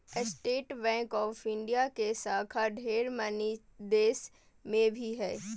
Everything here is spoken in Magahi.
स्टेट बैंक ऑफ़ इंडिया के शाखा ढेर मनी देश मे भी हय